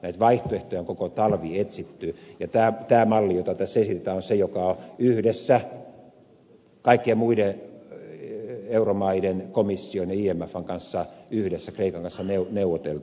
näitä vaihtoehtoja on koko talvi etsitty ja tämä malli jota tässä esitetään on se joka on yhdessä kaikkien muiden euromaiden komission ja imfn kanssa yhdessä kreikan kanssa neuvoteltu